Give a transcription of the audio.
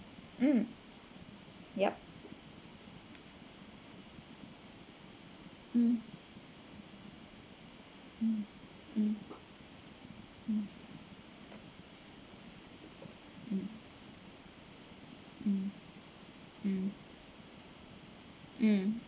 mm yup mm mm mm mm mm mm mm